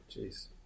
Jeez